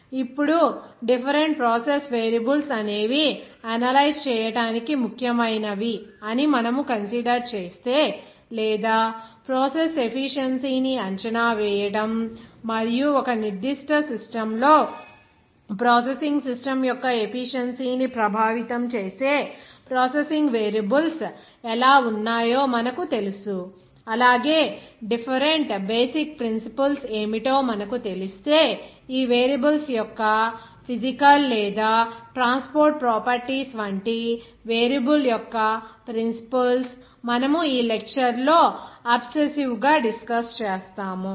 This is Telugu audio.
ఇప్పుడు డిఫెరెంట్ ప్రాసెస్ వేరియబుల్స్ అనేవి అనలైజ్ చేయడానికి ముఖ్యమైనవి అని మనము కన్సిడర్ చేస్తే లేదా ప్రాసెస్ ఎఫీషియెన్సీ ని అంచనా వేయడం మరియు ఒక నిర్దిష్ట సిస్టం లో ప్రాసెసింగ్ సిస్టమ్ యొక్క ఎఫీషియెన్సీ ని ప్రభావితం చేసే ప్రాసెసింగ్ వేరియబుల్స్ ఎలా ఉన్నాయో మనకు తెలుసు అలాగే డిఫెరెంట్ బేసిక్ ప్రిన్సిపుల్స్ ఏమిటో మనకు తెలిస్తే ఈ వేరియబుల్స్ యొక్క ఫిజికల్ లేదా ట్రాన్స్పోర్ట్ ప్రాపర్టీస్ వంటి వేరియబుల్ యొక్క ప్రిన్సిపుల్స్ మనము ఈ లెక్చర్ లో అబ్సెసివ్ గా డిస్కస్ చేస్తాము